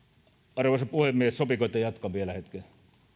arvoisa puhemies sopiiko että jatkan vielä hetken